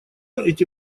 эти